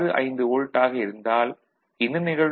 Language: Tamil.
65 வோல்ட் ஆக இருந்தால் என்ன நிகழும்